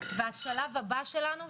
והשלב הבא שלנו,